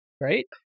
Right